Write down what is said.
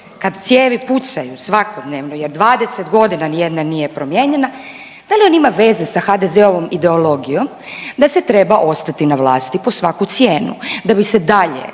kad cijevi pucaju svakodnevno jer 20 godina nijedna nije promijenjena, da li on ima veze sa HDZ-ovom ideologijom da se treba ostati na vlasti pod svaku cijenu da bi se dalje